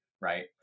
right